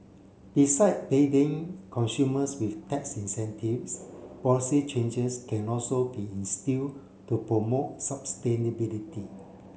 beside baiting consumers with tax incentives policy changes can also be instilled to promote sustainability